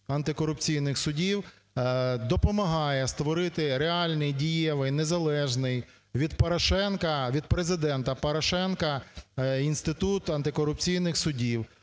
антикорупційних судів, допомагає створити реальний, дієвий, незалежний від Порошенка, від Президента Порошенка, інститут антикорупційних судів.